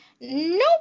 Nope